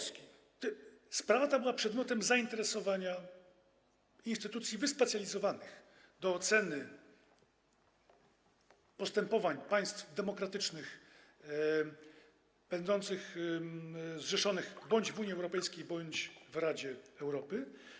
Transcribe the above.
Sprawa ta była przedmiotem zainteresowania instytucji wyspecjalizowanych w ocenie postępowań państw demokratycznych zrzeszonych bądź w Unii Europejskiej, bądź w Radzie Europy.